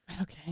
Okay